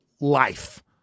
life